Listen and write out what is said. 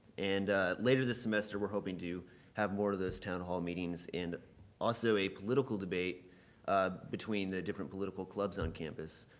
and later this semester, we're hoping to have more of those town hall meetings and also a political debate between the different political clubs on campus.